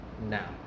now